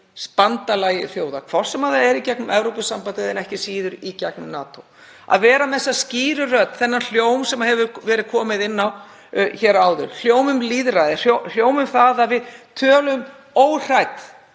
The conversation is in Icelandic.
bandalagi þjóða, bæði í gegnum Evrópusambandið og ekki síður í gegnum NATO. Að vera með þessa skýru rödd, þennan hljóm sem hefur verið komið inn á hér áður. Hljóm um lýðræði, hljóm um það að við tölum óhrædd,